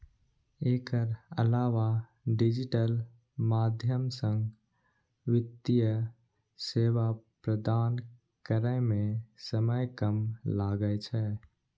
एकर अलावा डिजिटल माध्यम सं वित्तीय सेवा प्रदान करै मे समय कम लागै छै